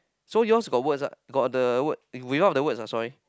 so yours got words lah got the word without the words ah sorry